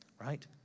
Right